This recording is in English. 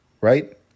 right